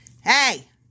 Hey